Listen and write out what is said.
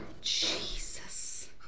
Jesus